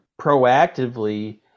proactively